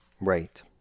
Right